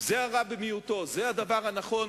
זה הרע במיעוטו, זה הדבר הנכון.